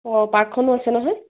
অঁ পাৰ্কখনো আছে নহয়